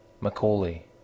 Macaulay